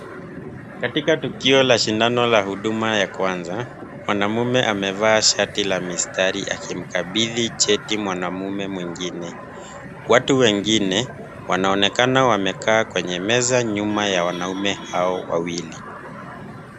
Katika tukio la shindano la huduma la kwanza na mume amevaa shati la mistari akimkabidi chati na mume mwingine. Watu wengine wanaonekana wamekaa kwenye meza nyuma wanaume hawa wawili.